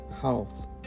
Health